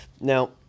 now